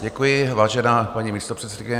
Děkuji, vážená paní místopředsedkyně.